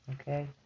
Okay